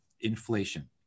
inflation